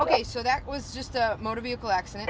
day so that was just a motor vehicle accident